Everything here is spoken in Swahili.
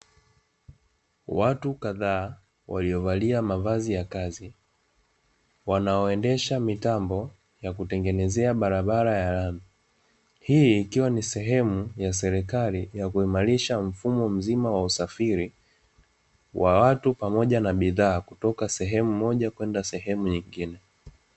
Watu kadhaa waliovalia mavazi ya kazi wanaoendesha mitambo ya kutengenezea barabara ya lami. Hii ikiwa ni sehemu ya serikali ya kuimarisha mfumo mzima wa usafiri wa watu pamoja na bidhaa kutoka sehemu moja kwenda sehemu nyingine.